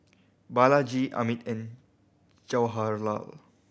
Balaji Amit and Jawaharlal